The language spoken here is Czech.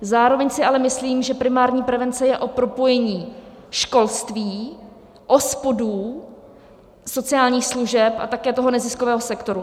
Zároveň si ale myslím, že primární prevence je o propojení školství, OSPODů, sociálních služeb a také neziskového sektoru.